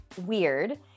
weird